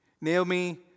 Naomi